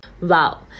Wow